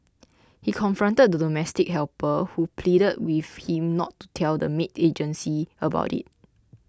he confronted the domestic helper who pleaded with him not to tell the maid agency about it